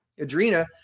Adrena